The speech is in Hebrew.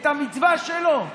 את המצווה שלו,